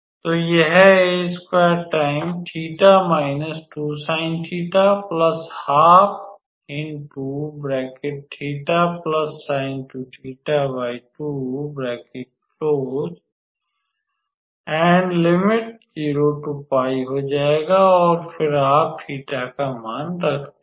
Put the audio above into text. तो यह हो जाएगा और फिर आप 𝜃 का मान रख देंगे